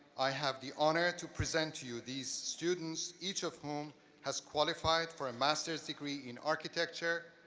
i have the honor to present to you these students, each of whom has qualified for a master's degree in architecture,